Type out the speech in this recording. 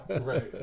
Right